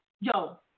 yo